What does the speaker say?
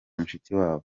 mushikiwabo